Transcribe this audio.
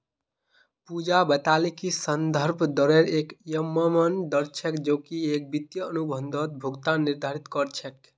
पूजा बताले कि संदर्भ दरेर एक यममन दर छेक जो की एक वित्तीय अनुबंधत भुगतान निर्धारित कर छेक